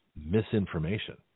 misinformation